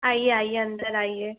आइए आइए अंदर आइए